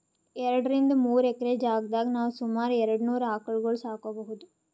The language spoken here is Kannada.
ಎರಡರಿಂದ್ ಮೂರ್ ಎಕ್ರೆ ಜಾಗ್ದಾಗ್ ನಾವ್ ಸುಮಾರ್ ಎರಡನೂರ್ ಆಕಳ್ಗೊಳ್ ಸಾಕೋಬಹುದ್